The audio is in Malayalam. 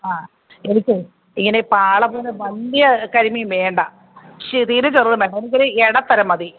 ആ എനിക്ക് ഇങ്ങനെ പാള പോലെ വലിയ കരിമീൻ വേണ്ട ശ് തീരെ ചെറുതും വേണ്ട എനിക്ക് ഒരു ഇടത്തരം മതി